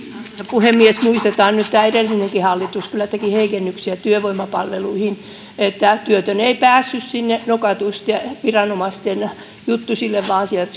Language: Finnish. puhemies muistetaan nyt että edellinenkin hallitus kyllä teki heikennyksiä työvoimapalveluihin työtön ei päässyt nokatusten sinne viranomaisten juttusille vaan sieltä sanottiin että